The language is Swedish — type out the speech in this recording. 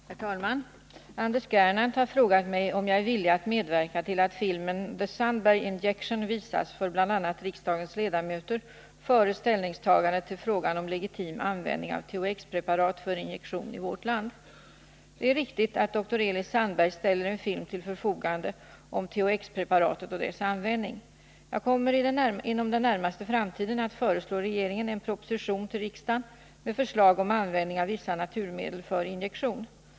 Herr talman! Anders Gernandt har frågat mig om jag är villig att medverka till att filmen ”The Sandberg Injection” visas för bl.a. riksdagens ledamöter före ställningstagandet i frågan om legitim användning av THX-preparatet för injektion i vårt land. Det är riktigt att dr Elis Sandberg ställer en film till förfogande om THX-preparatet och dess användning. Jag kommer inom den närmaste framtiden att föreslå regeringen en proposition till riksdagen med förslag om användning av vissa naturmedel för injektion.